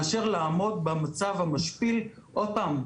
מאשר לעמוד במצב המשפיל עוד פעם,